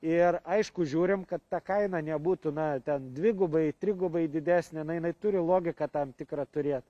ir aišku žiūrim kad ta kaina nebūtų na ten dvigubai trigubai didesnė na jinai turi logiką tam tikrą turėt